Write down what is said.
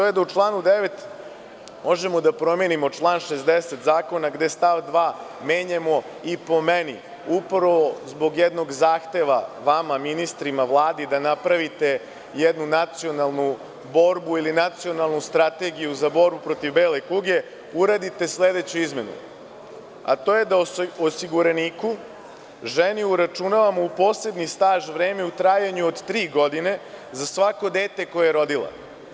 To je da u članu 9. možemo da promenimo član 60. zakona, gde stav 2. menjamo, po meni, upravo iz jednog zahteva vama, ministrima u Vladi, da napravite jednu nacionalnu borbu ili nacionalnu strategiju za borbu protiv bele kuge i da uradite sledeću izmenu, a to je da osiguraniku, ženi uračunavamo u posebni staž vreme u trajanju od tri godine za svako dete koje je rodila.